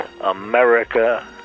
America